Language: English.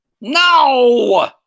No